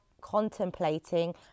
contemplating